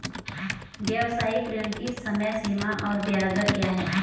व्यावसायिक ऋण की समय सीमा और ब्याज दर क्या है?